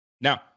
Now